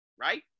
right